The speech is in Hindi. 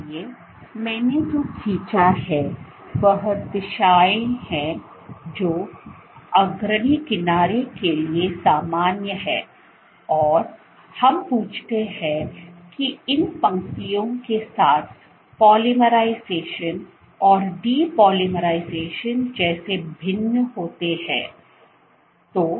इसलिए मैंने जो खींचा है वह दिशाएं हैं जो अग्रणी किनारे के लिए सामान्य हैं और हम पूछते हैं कि इन पंक्तियों के साथ पॉलीमराइजेशन और डीपॉलीमराइजेशन कैसे भिन्न होते हैं